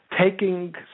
Taking